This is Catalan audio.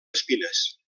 espines